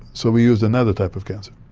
so we used another type of cancer,